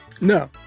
No